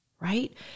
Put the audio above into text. right